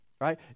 right